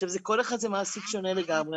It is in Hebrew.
עכשיו, כל אחד זה מעסיק שונה לגמרי.